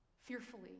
Fearfully